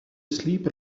sleep